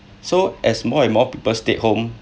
so as more and more people stayed home